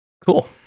Cool